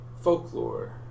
folklore